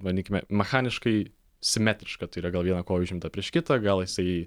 bandykime mechaniškai simetriška tai yra gal viena koja užimta prieš kitą gal jisai